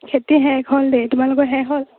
খেতি শেষ হ'ল দেই তোমালোকৰ শেষ হ'ল